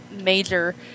major